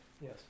Yes